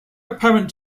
apparent